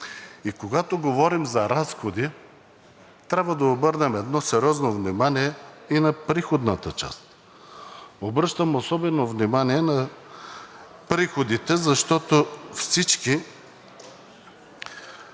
И когато говорим за разходи, трябва да обърнем едно сериозно внимание и на приходната част. Обръщам особено внимание на приходите, защото всички